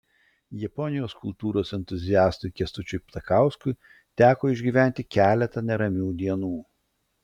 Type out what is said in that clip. japonijos kultūros entuziastui kęstučiui ptakauskui teko išgyventi keletą neramių dienų